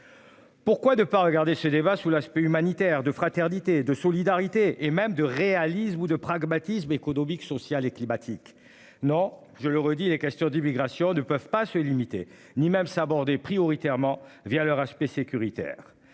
Pourquoi ne pas regarder ce débat sous l'aspect humanitaire de fraternité et de solidarité et même de réalisme ou de pragmatisme économique sociale et climatique. Non, je le redis, les questions d'immigration ne peuvent pas se limiter ni même sabordé prioritairement via leur aspect sécuritaire.